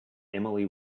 emily